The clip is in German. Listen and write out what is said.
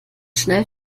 schnell